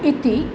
इति